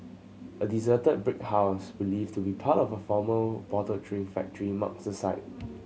a deserted brick house believed to be part of a former bottled drink factory marks the site